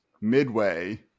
midway